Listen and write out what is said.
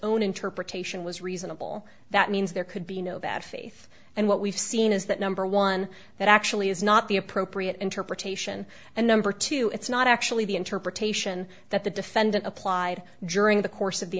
own interpretation was reasonable that means there could be no bad faith and what we've seen is that number one that actually is not the appropriate interpretation and number two it's not actually the interpretation that the defendant applied during the course of the